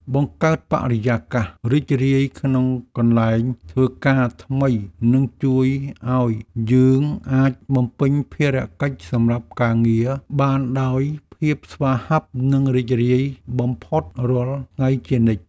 បង្កើតបរិយាកាសរីករាយក្នុងកន្លែងធ្វើការថ្មីនឹងជួយឱ្យយើងអាចបំពេញភារកិច្ចសម្រាប់ការងារបានដោយភាពស្វាហាប់និងរីករាយបំផុតរាល់ថ្ងៃជានិច្ច។